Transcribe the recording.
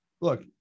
look